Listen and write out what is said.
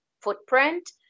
footprint